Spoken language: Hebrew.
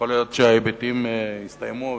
ויכול להיות שההיבטים הסתיימו,